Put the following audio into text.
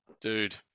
dude